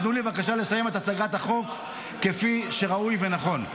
תנו לי בבקשה לסיים את הצגת החוק כפי שראוי ונכון.